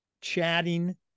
chatting